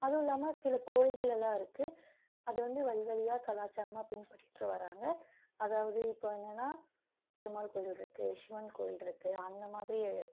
அதுவும் இல்லாமல் சில கோயில்களெலாம் இருக்குது அது வந்து வழி வழியாக கலாச்சாரமாக பின்பற்றிட்டு வராங்க அதாவது இப்போ என்னென்னால் பெருமாள் கோயிலிருக்கு சிவன் கோயிலிருக்கு அந்த மாதிரி